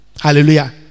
Hallelujah